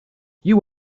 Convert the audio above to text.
you